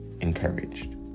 Encouraged